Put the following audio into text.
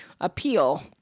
Appeal